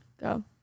Go